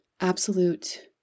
Absolute